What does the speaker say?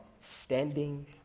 standing